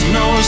no